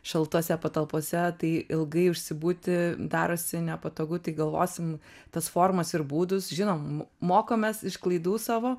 šaltose patalpose tai ilgai užsibūti darosi nepatogu tai galvosim tas formas ir būdus žinom mokomės iš klaidų savo